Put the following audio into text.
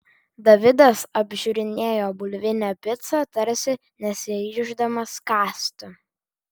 davidas apžiūrinėjo bulvinę picą tarsi nesiryždamas kąsti